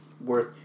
worth